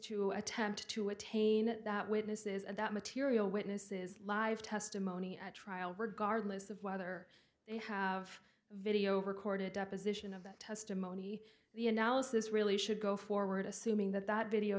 to attempt to attain that witnesses and that material witnesses live testimony at trial regardless of whether they have video recorded deposition of that testimony the analysis really should go forward assuming that that video